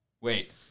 wait